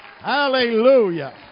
Hallelujah